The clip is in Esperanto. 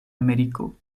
ameriko